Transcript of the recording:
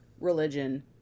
religion